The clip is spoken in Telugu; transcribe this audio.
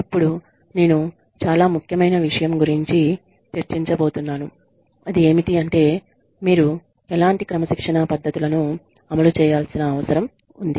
ఇప్పుడు నేను చాలా ముఖ్యమైన విషయం గురించి చర్చించబోతున్నాను అది ఏమిటి అంటే మీరు ఎలాంటి క్రమశిక్షణా పద్ధతులను అమలు చేయాల్సిన అవసరం ఉంది